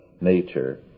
nature